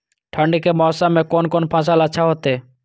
ठंड के मौसम में कोन कोन फसल अच्छा होते?